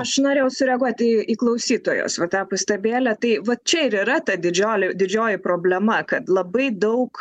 aš norėjau sureaguot į į klausytojos va tą pastabėlę tai va čia ir yra ta didžioli didžioji problema kad labai daug